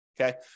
Okay